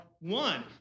one